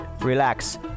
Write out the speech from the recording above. relax